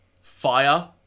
Fire